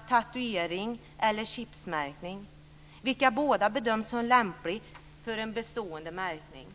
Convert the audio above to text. - tatuering och chipmärkning, vilka båda bedöms lämpliga för en bestående märkning.